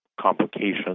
complications